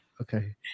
Okay